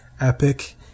Epic